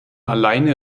alleine